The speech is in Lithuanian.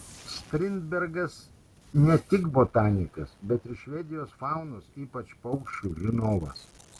strindbergas ne tik botanikas bet ir švedijos faunos ypač paukščių žinovas